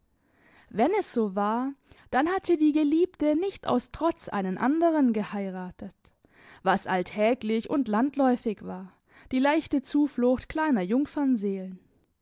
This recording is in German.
wenn es so war dann hatte die geliebte nicht aus trotz einen anderen geheiratet was alltäglich und landläufig war die leichte zuflucht kleiner